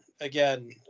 again